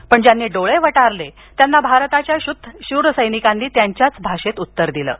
पण ज्यांनी डोळे वटारले त्यांना भारताच्या शूर सैनिकांनी त्यांच्याच भाषेत उत्तर दिलं आहे